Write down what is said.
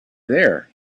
there